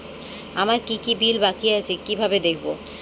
আমার কি কি বিল বাকী আছে কিভাবে দেখবো?